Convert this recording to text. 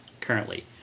currently